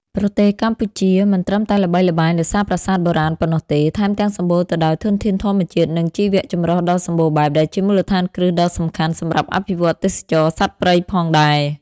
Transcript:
ប្រទេសកម្ពុជាមិនត្រឹមតែល្បីល្បាញដោយសារប្រាសាទបុរាណប៉ុណ្ណោះទេ ថែមទាំងសម្បូរទៅដោយធនធានធម្មជាតិ និងជីវៈចម្រុះដ៏សម្បូរបែប ដែលជាមូលដ្ឋានគ្រឹះដ៏សំខាន់សម្រាប់អភិវឌ្ឍទេសចរណ៍សត្វព្រៃផងដែរ។